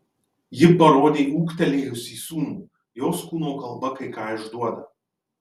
ji parodė ūgtelėjusį sūnų jos kūno kalba kai ką išduoda